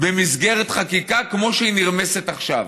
במסגרת חקיקה כמו שהיא נרמסת עכשיו.